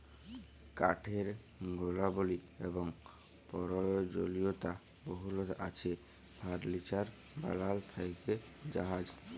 কাঠের গুলাবলি এবং পরয়োজলীয়তা বহুতলা আছে ফারলিচার বালাল থ্যাকে জাহাজ